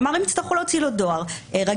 כלומר הם יצטרכו להוציא לו דואר רגיל,